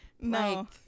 no